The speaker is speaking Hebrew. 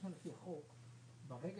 עכשיו נכון